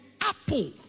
apple